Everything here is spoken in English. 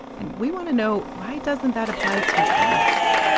and we want to know, why doesn't that apply to us?